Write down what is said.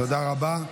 תודה רבה.